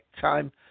Time